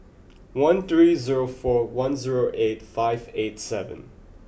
one three zero four one zero eight five eight seven